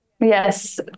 Yes